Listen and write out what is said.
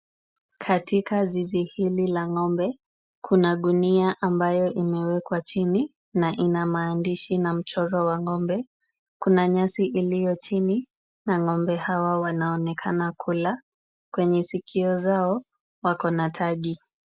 Katika zizi hili la ng'ombe, kuna gunia ambayo imewekwa chini, na ina maandishi na mchoro wa ng'ombe. Kuna nyasi iliyo chini, na ng'ombe hawa wana onekana kula. Kwenye sikio zao, wako na tagi.